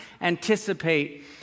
anticipate